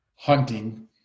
hunting